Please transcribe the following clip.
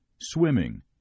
swimming